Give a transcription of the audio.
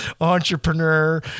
entrepreneur